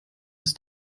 ist